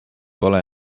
pole